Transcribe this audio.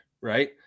right